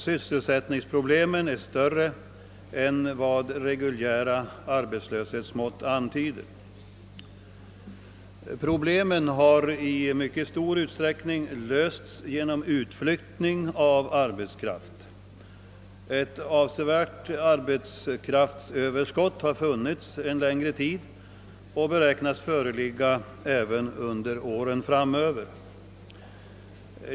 Sysselsättningsproblemen är med andra ord större än vad arbetslöshetssiffrorna antyder. Problemen har hittills i mycket stor utsträckning lösts genom utflyttning av arbetskraft. Ett avsevärt arbetskraftsöverskott har en längre tid funnits och beräknas föreligga under åren framöver.